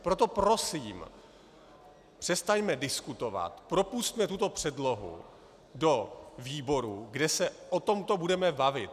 Proto prosím, přestaňme diskutovat, propusťme tuto předlohu do výborů, kde se o tomto budeme bavit.